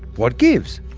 what gives?